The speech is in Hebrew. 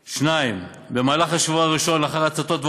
2. במהלך השבוע הראשון לאחר ההצתות,